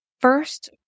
first